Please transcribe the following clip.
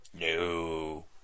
No